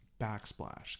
backsplash